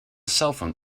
cellphone